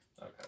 Okay